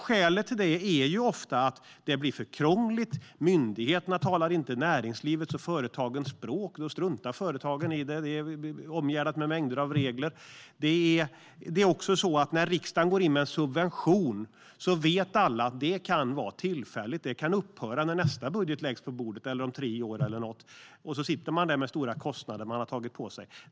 Skälet till det är ofta att det blir för krångligt. Myndigheterna talar inte näringslivets och företagens språk, och då struntar företagen i det. Det är omgärdat av mängder av regler. Alla vet också att när riksdagen går in med en subvention kan det vara tillfälligt och upphöra när nästa budget läggs på bordet eller om tre år eller något sådant, och så sitter man där med stora kostnader som man har tagit på sig.